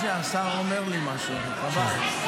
רק שנייה, השר אומר לי משהו, חבל.